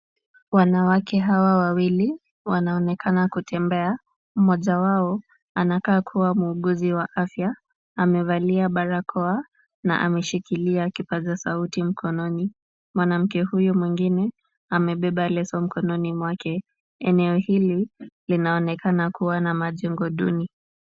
Wanawake hawa wawili wanaonekana kutembea. Mmoja wao anakaa kuwa muuguzi wa afya. Amevalia barakoa na ameshikilia kipaza sauti mkononi. Mwanamke huyu mwingine amebeba leso mkononi mwake. Eneo hili linaonekana kuwa na majengo duni.